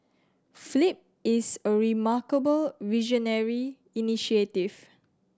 flip is a remarkably visionary